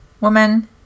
woman